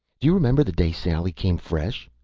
do you remember the day sally came fresh?